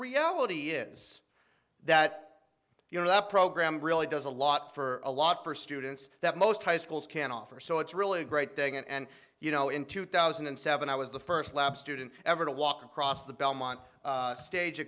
reality is that you know that program really does a lot for a lot for students that most high schools can offer so it's really a great day and you know in two thousand and seven i was the first lab student ever to walk across the belmont stage a